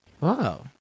Wow